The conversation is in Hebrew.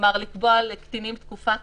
כלומר לקבוע לקטינים תקופה קצרה,